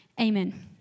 Amen